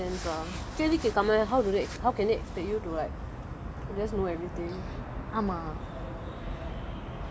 அப்பொ:appo I don't understand it doesn't make sense lah கேள்வி கேக்காம:kelvi kekama how do they how can they expect you to like just know everything